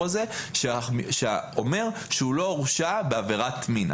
הזה שאומר שהוא לא הורשע בעבירת מין.